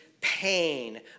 pain